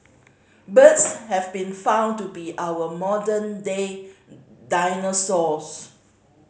birds have been found to be our modern day dinosaurs